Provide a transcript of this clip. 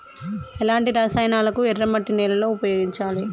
ఎలాంటి రసాయనాలను ఎర్ర మట్టి నేల లో ఉపయోగించాలి?